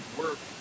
work